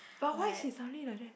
but why she suddenly like that